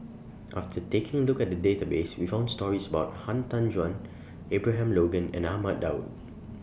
after taking A Look At The Database We found stories about Han Tan Juan Abraham Logan and Ahmad Daud